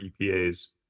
epa's